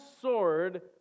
sword